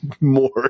more